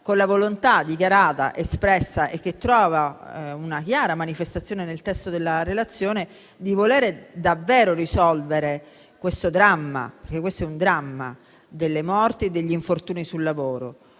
con la volontà dichiarata ed espressa che trova una chiara manifestazione nel testo della relazione di volere davvero risolvere questo dramma - perché questo è - delle morti e degli infortuni sul lavoro,